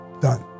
Done